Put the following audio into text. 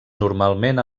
normalment